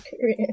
career